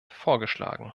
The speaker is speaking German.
vorgeschlagen